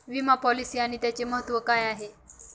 विमा पॉलिसी आणि त्याचे महत्व काय आहे?